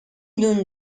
lluny